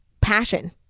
passion